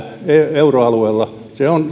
euroalueella se